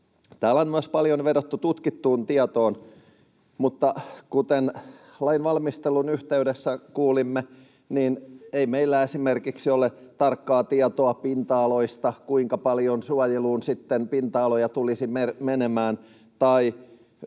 Täällä on myös paljon vedottu tutkittuun tietoon, mutta kuten lainvalmistelun yhteydessä kuulimme, niin ei meillä esimerkiksi ole tarkkaa tietoa pinta-aloista, kuinka paljon suojeluun sitten pinta-aloja tulisi menemään,